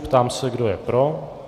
Ptám se, kdo je pro.